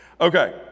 Okay